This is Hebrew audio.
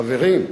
חברים,